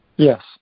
Yes